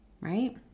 right